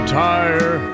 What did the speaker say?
tire